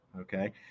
Okay